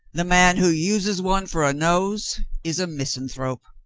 the man who uses one for a nose is a misanthrope.